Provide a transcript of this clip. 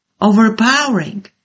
Overpowering